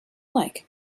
like